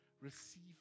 receive